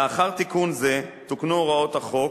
לאחר תיקון זה תוקנו הוראות החוק,